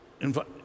Invite